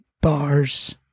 bars